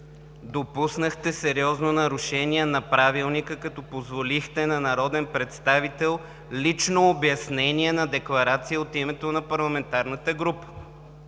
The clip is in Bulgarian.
допуснахте сериозно нарушение на Правилника, като позволихте на народен представител лично обяснение на декларация от името на парламентарната група.